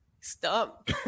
Stop